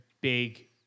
big